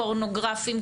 פורנוגרפיים,